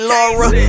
Laura